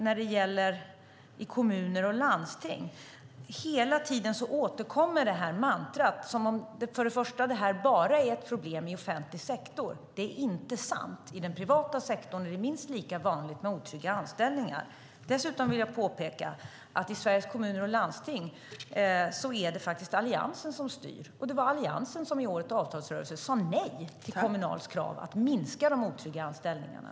När det gäller kommuner och landsting återkommer hela tiden mantrat om att det här bara är ett problem i offentlig sektor. Det är inte sant. I den privata sektorn är det minst lika vanligt med otrygga anställningar. Dessutom vill jag påpeka att i Sveriges Kommuner och Landsting är det faktiskt Alliansen som styr, och det var Alliansen som i årets avtalsrörelse sade nej till Kommunals krav att minska de otrygga anställningarna.